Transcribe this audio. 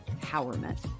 empowerment